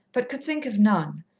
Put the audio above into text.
but could think of none,